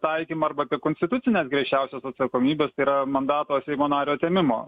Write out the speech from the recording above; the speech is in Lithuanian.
taikymą arba apie konstitucinę griežčiausias atsakomybes tai yra mandato seimo nario atėmimo